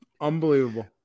Unbelievable